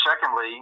secondly